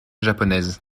japonaise